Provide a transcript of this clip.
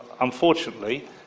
unfortunately